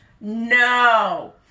No